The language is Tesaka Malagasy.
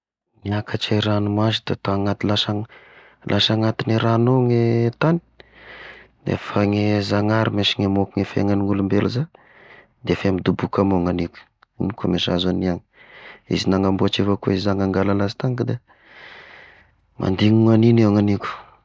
Niakatry i ranomasy da tagny lasa lasa agnatiny ragno ao ny tagny, nefa any zanahary mihisy namoaky fiaignan'olombelo iza? De efa midoboky ao mo nagniko, igny koa ny sahaza ny iaho, izy nanamboatry avao ko, izy nanangala anazy tany kade, mandigno agniny hagniko.